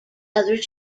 other